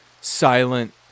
Silent